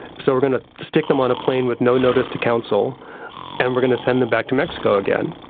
so we're going to stick them on a plane with no notice to council and we're going to send them back to mexico again.